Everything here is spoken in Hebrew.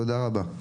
תודה רבה.